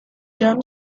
john